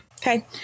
Okay